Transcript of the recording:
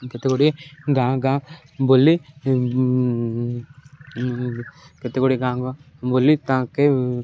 କେତେଗୁଡ଼ିଏ ଗାଁ ଗାଁ ବୁଲି କେତେଗୁଡ଼ିଏ ଗାଁ ଗାଁ ବୁଲି ତାକେ